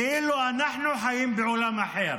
כאילו אנחנו חיים בעולם אחר.